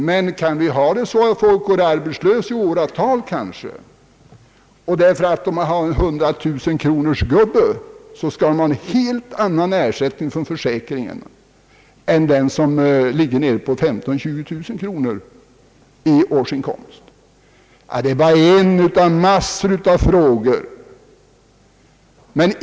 Men kan vi ha det så att när folk går arbetslösa i åratal skall den som förtjänar 100 000 om året få en helt annan ersättning från försäkringen än den som haft en årsinkomst av 15 000 eller 20 000 kronor? Det är bara en fråga bland en massa frågor.